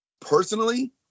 Personally